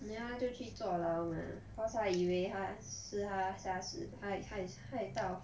then 他就去坐牢 mah 好彩以为他是他瞎子害害害到